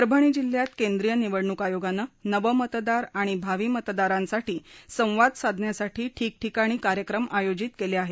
परभणी जिल्ह्यात केंद्रीय निवडणूक आयोगानं नवमतदार आणि भावी मतदारांसाठी संवाद साधण्यासाठी ठिकठिकाणी कार्यक्रम आयोजित केले आहेत